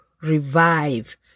revive